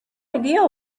idea